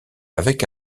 avec